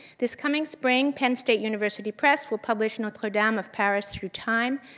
this coming spring, penn state university press will publish notre-dame of paris through time,